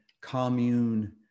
commune